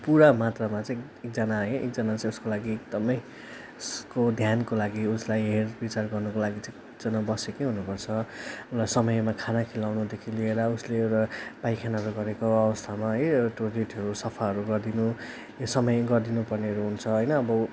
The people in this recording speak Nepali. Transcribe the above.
पुरा मात्रामा चाहिँ एकजना है एकजना चाहिँ उसको लागि एकदमै उसको ध्यानको लागि उसलाई हेरविचार गर्नुको लागि चाहिँ एकजना बसेकै हुनुपर्छ उनलाई समयमा खाना खुवाउनुदेखि लिएर उसले एउटा पाइखानाहरू गरेको अवस्थामा है टोइलेटहरू सफाहरू गरिदिनु यो समय गरिदिनुपर्नेहरू हुन्छ होइन अब